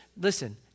listen